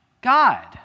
God